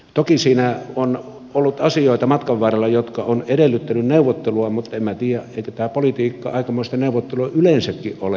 toki siinä on ollut matkan varrella asioita jotka ovat edellyttäneet neuvottelua mutta en minä tiedä eikö tämä politiikka aikamoista neuvottelua yleensäkin ole